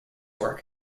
work